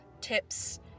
tips